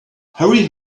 harry